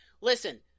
listen